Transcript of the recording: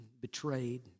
betrayed